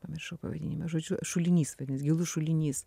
pamiršau pavadinimą žodžiu šulinys gilus šulinys